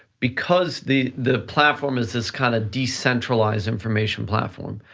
because the the platform is this kind of decentralized information platform,